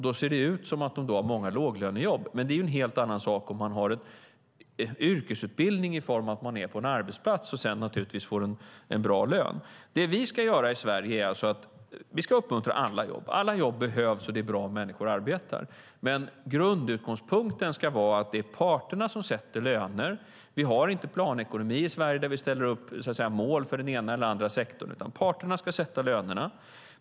Då ser det ut som att de har många låglönejobb. Men det är en helt annan sak om man har en yrkesutbildning i form av att man är på en arbetsplats och sedan naturligtvis får en bra lön. Det vi ska göra i Sverige är att uppmuntra alla jobb. Alla jobb behövs, och det är bra om människor arbetar. Men grundutgångspunkten ska vara att det är parterna som sätter lönerna. I Sverige har vi inte planekonomi där vi sätter upp mål för den ena eller andra sektorn, utan parterna ska sätta lönerna.